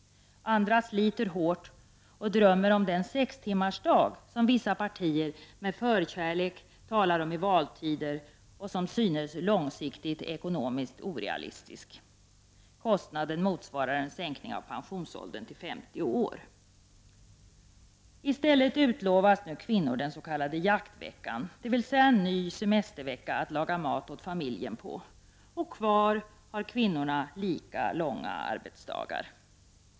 Andra sliter hårt och drömmer om den sextimmarsdag som vissa partier med förkärlek talar om i valtider men som synes långsiktigt ekonomiskt orealistisk. Kostnaden motsvarar en sänkning av pensionsåldern till 50 år! I stället utlovas kvinnorna den s.k. jaktveckan, dvs. en ny semestervecka att laga mat åt familjen på. Kvar har kvinnorna lika långa vardagar.